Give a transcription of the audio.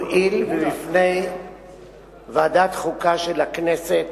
הואיל וועדת חוקה של הכנסת